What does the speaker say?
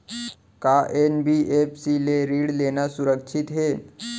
का एन.बी.एफ.सी ले ऋण लेना सुरक्षित हे?